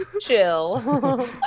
chill